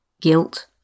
guilt